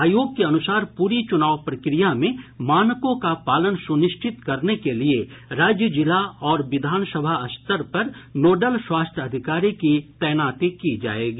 आयोग के अनुसार पूरी चुनाव प्रक्रिया में मानकों का पालन सुनिश्चित करने के लिए राज्य जिला और विधान सभा स्तर पर नोडल स्वास्थ्य अधिकारी की तैनाती की जायेगी